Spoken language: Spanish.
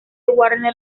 warner